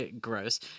gross